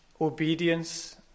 Obedience